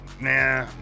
Nah